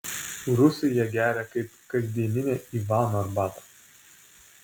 rusai ją geria kaip kasdieninę ivano arbatą